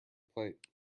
plate